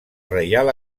reial